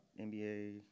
NBA